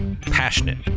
passionate